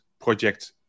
project